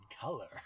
color